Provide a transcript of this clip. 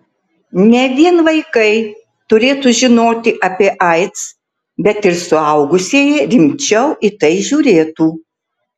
ne vien vaikai turėtų žinoti apie aids bet ir suaugusieji rimčiau į tai žiūrėtų